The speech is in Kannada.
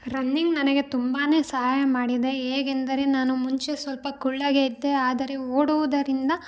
ರನ್ನಿಂಗ್ ನನಗೆ ತುಂಬಾ ಸಹಾಯ ಮಾಡಿದೆ ಹೇಗೆಂದರೆ ನಾನು ಮುಂಚೆ ಸ್ವಲ್ಪ ಕುಳ್ಳಗೆ ಇದ್ದೆ ಆದರೆ ಓಡುವುದರಿಂದ